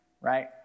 right